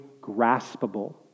graspable